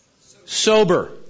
sober